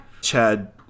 Chad